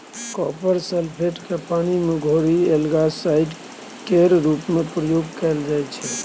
copper sulphate केँ पानि मे घोरि एल्गासाइड केर रुप मे प्रयोग कएल जाइत छै